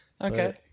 Okay